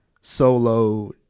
solo